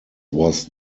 was